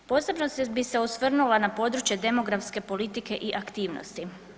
Posebno bi se osvrnula na područje demografske politike i aktivnosti.